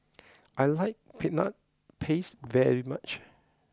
I like Peanut Paste very much